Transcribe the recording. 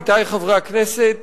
עמיתי חברי הכנסת,